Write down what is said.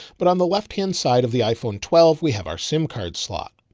but on the left-hand side of the iphone twelve, we have our sim card slot.